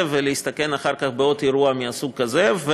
ולהסתכן אחר כך בעוד אירוע מסוג כזה,